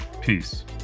Peace